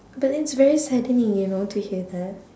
but then is very saddening you know to hear that